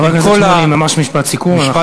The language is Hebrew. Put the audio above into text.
חבר הכנסת שמולי, ממש משפט סיכום.